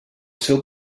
seu